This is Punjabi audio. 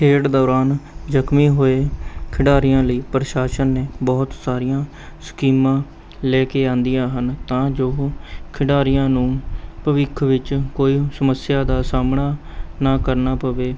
ਖੇਡ ਦੌਰਾਨ ਜ਼ਖਮੀ ਹੋਏ ਖਿਡਾਰੀਆਂ ਲਈ ਪ੍ਰਸ਼ਾਸਨ ਨੇ ਬਹੁਤ ਸਾਰੀਆਂ ਸਕੀਮਾਂ ਲੈ ਕੇ ਆਂਦੀਆਂ ਹਨ ਤਾਂ ਜੋ ਉਹ ਖਿਡਾਰੀਆਂ ਨੂੰ ਭਵਿੱਖ ਵਿੱਚ ਕੋਈ ਸਮੱਸਿਆ ਦਾ ਸਾਹਮਣਾ ਨਾ ਕਰਨਾ ਪਵੇ